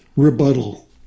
Rebuttal